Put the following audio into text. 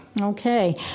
Okay